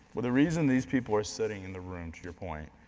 well the reason these people are sitting in the room, to your point,